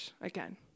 again